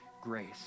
grace